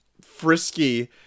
frisky